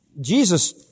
Jesus